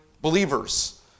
believers